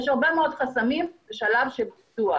יש הרבה מאוד חסמים בשלב של פיתוח.